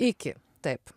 iki taip